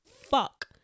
fuck